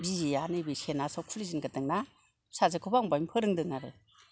बि ए आं नैबे सेनान्साव खुलिजेनगोरदोंना फिसाजोखौबो आं बाहायनो फोरोंदो आरो